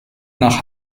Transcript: nach